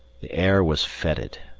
the air was fetid.